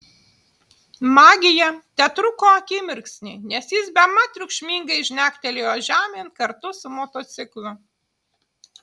magija tetruko akimirksnį nes jis bemat triukšmingai žnektelėjo žemėn kartu su motociklu